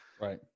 Right